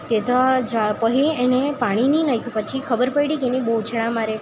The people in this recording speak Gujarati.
તે તો પછી એને પાણી નહીં નાંખ્યું પછી ખબર પડી કે એને બહુ ઉછાળા મારે